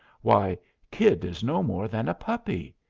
why, kid is no more than a puppy!